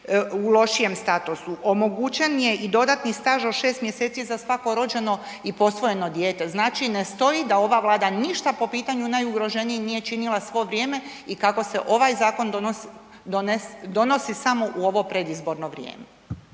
u lošijem statusu. Omogućen je i dodatni staž od 6 mjeseci za svako rođeno i posvojeno dijete, znači ne stoji da ova Vlada ništa po pitanju najugroženijih nije činila svo vrijeme i kako se ovaj zakon donosi samo u ovo predizborno vrijeme.